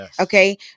okay